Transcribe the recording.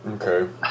Okay